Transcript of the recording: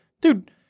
dude